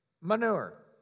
manure